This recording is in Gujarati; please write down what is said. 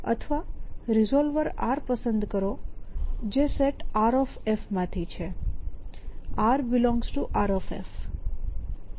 અથવા રિઝોલ્વર r પસંદ કરો જે સેટ R માં થી છે rR